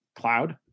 Cloud